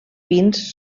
fins